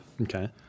Okay